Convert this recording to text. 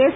S